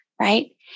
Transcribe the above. right